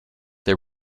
they